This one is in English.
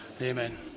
Amen